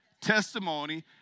testimony